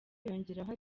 yongeraho